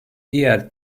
diğer